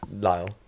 lyle